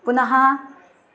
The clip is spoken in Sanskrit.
पुनः